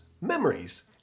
memories